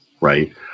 right